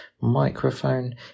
microphone